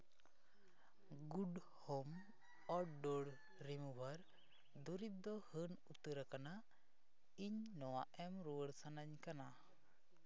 good ᱦᱳᱢ ᱳᱰᱰᱳᱨ ᱨᱤᱢᱩᱵᱷᱟᱨ ᱫᱩᱨᱤᱵᱽ ᱫᱚ ᱦᱟᱹᱱ ᱩᱛᱟᱹᱨ ᱟᱠᱟᱱᱟ ᱤᱧ ᱱᱚᱣᱟ ᱮᱢ ᱨᱩᱣᱟᱹᱲ ᱥᱟᱱᱟᱧ ᱠᱟᱱᱟ